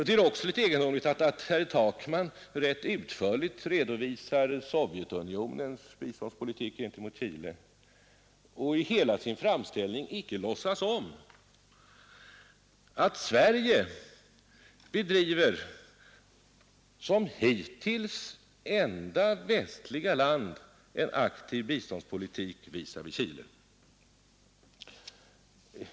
Det är litet egendomligt att herr Takman rätt utförligt redovisar Sovjetunionens biståndspolitik gentemot Chile men i sin framställning icke låtsas om att Sverige såsom hittills enda västliga land bedriver en aktiv biståndspolitik visavi Chile.